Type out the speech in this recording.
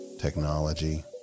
technology